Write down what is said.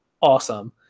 awesome